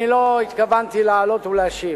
אני לא התכוונתי לעלות ולהשיב,